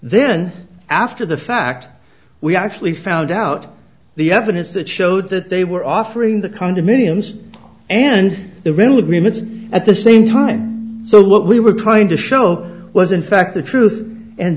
then after the fact we actually found out the evidence that showed that they were offering the condominiums and the rental agreements at the same time so what we were trying to show was in fact the truth and